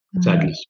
sadly